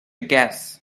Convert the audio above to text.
guess